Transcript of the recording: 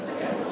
Hvala.